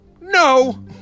no